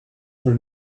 for